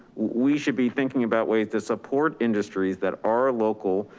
we should be thinking about ways to support industries that are local,